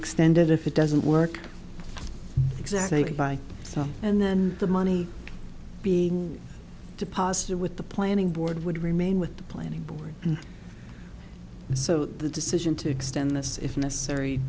extend it if it doesn't work exactly you can buy stuff and then the money being deposited with the planning board would remain with the planning board so the decision to extend this if necessary